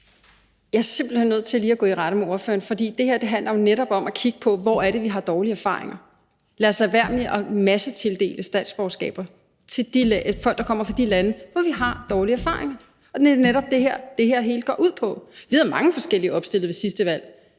Jeg er simpelt hen nødt til lige at gå i rette med ordføreren, for det her handler jo netop om at kigge på, hvor det er, vi har dårlige erfaringer. Lad os lade være med at massetildele statsborgerskaber til folk, der kommer fra de lande, hvor vi har dårlige erfaringer. Det er netop det, hele det her går ud på. Vi havde mange forskellige opstillet ved sidste valg.